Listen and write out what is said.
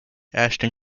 ashton